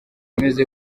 ameze